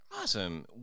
Awesome